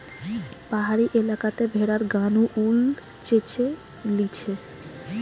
পাহাড়ি এলাকাতে ভেড়ার গা নু উল চেঁছে লিছে